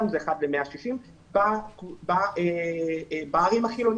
וזה גם 1:160 בערים החילוניות.